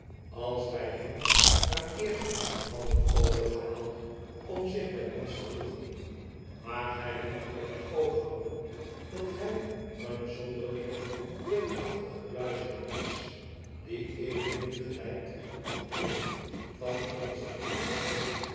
als wij hem maar eersthaddenovergehaald om zich by ons te voegen maar gy moet in het oog houden dat hy een zonderlinge dweepachtige kluizenaar is die evenmin gelykt op iemand van onze vrienden hier